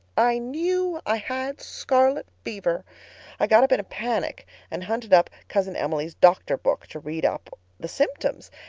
i knew i had scarlet fever i got up in a panic and hunted up cousin emily's doctor book to read up the symptoms.